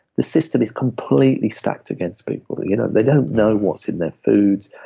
the system is completely stacked against people. they you know they don't know what's in their food.